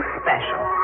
special